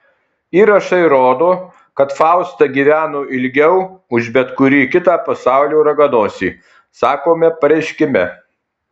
įrašai rodo kad fausta gyveno ilgiau už bet kurį kitą pasaulio raganosį sakoma pareiškime